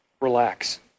relax